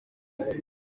jenoside